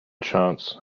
chance